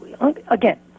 again